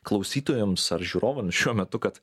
klausytojams ar žiūrovam šiuo metu kad